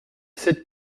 cette